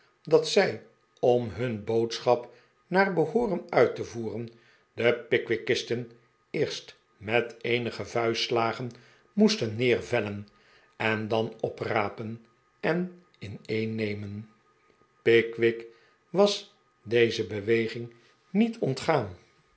dat zij om hun boodschap naar behooren uit te voeren de pickwickisten eerst met eenige vuistslagen moesten neervellen en dan oprapen en meenemen pick wick was deze beweging niet ontgaan